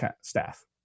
staff